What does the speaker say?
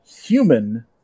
Human